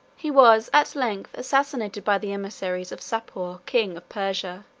he was at length assassinated by the emissaries of sapor, king of persia.